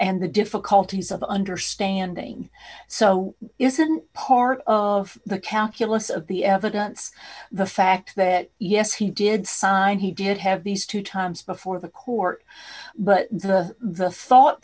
and the difficulties of understanding so isn't part of the calculus of the evidence the fact that yes he did sign he did have these two times before the court but the thought